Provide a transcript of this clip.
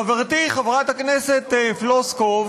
יש תקנון, חברתי חברת הכנסת פלוסקוב